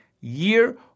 year